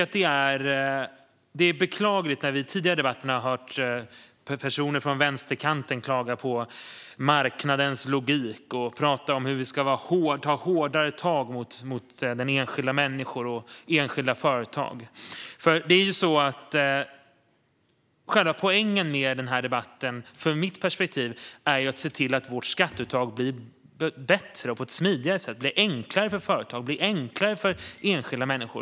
Tidigare i debatten har vi hört personer från vänsterkanten klaga på marknadens logik och om hur vi ska ta hårdare tag mot enskilda människor och enskilda företag. Jag tycker att det är beklagligt. Från mitt perspektiv är själva poängen med den här debatten att se till att vårt skatteuttag blir bättre och att det blir smidigare och enklare för företag och enskilda människor.